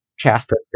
Catholic